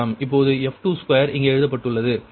இப்போது f22 இங்கே எழுதப்பட்டுள்ளது நீங்கள் மைனஸ் 0